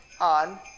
on